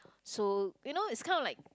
so you know it's kind of like